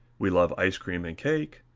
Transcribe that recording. we love ice cream and cake,